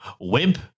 wimp